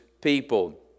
people